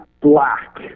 black